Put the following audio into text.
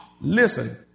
Listen